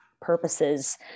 purposes